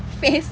face